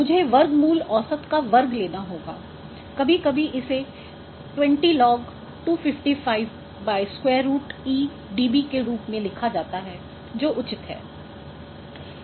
मुझे वर्गमूल औसत का वर्ग लेना होगा कभी कभी इसे 20 लॉग 255 E12 dB के रूप में लिखा जाता है जो उचित है